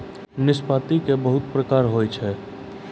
नाशपाती के बहुत प्रकार होय छै